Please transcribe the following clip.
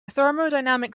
thermodynamic